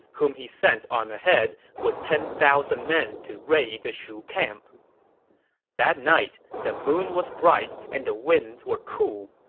whom he sent on ahead with ten thousand men to raid the shu camp that night, the moon was bright and the winds were cool.